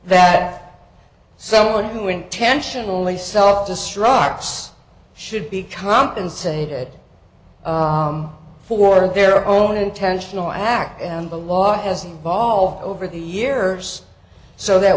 that someone who intentionally self destructs should be compensated for their own intentional act the law has evolved over the years so that